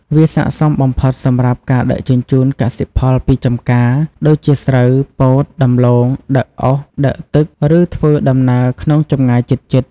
វាស័ក្តិសមបំផុតសម្រាប់ការ ដឹកជញ្ជូនកសិផលពីចម្ការ ដូចជាស្រូវ ពោត ដំឡូង ដឹកអុស ដឹកទឹក ឬធ្វើដំណើរក្នុងចម្ងាយជិតៗ ។